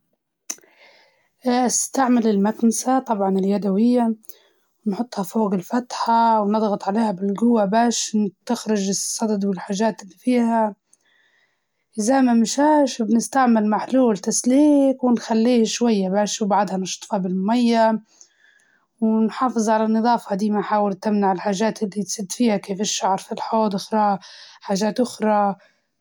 أول شي تلبس قفازات، وتفحص سبب الإنسداد، لو كان الحوض مسدود بسبب شعر، أو مواد عالجة، جرب تستخدم المكبس، حط في الحوض وإضغط عليه ببطء بعده بسرعة، لو ما نفع تجدر تستخدم سلك تسليك، أو تمشي لمحل يبيع أدوات السباكة، وتجيب ل ليك محلول خاص، إذا ما نفع شي لازم تستعين بسباك.